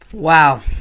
Wow